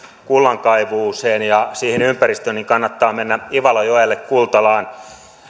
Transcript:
kullankaivuuseen ja siihen ympäristöön niin kannattaa mennä ivalojoelle kultalaan